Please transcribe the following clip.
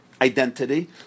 identity